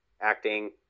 acting